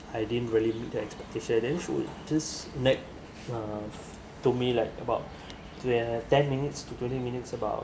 I didn't really meet the expectation then she would just nag uh to me like about ten minutes to twenty minutes about